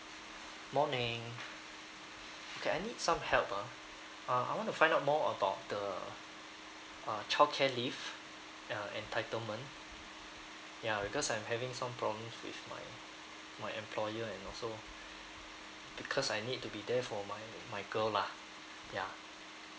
morning okay I need some help ah uh I want to find out more about the uh childcare leave that are uh entitlement ya because I'm having some problems with my my employer and also because I need to be there for my my girl lah ya